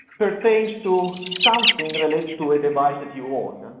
pertains to something and related to a device that you own,